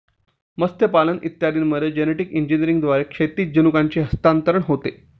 मत्स्यपालन इत्यादींमध्ये जेनेटिक इंजिनिअरिंगद्वारे क्षैतिज जनुकांचे हस्तांतरण होते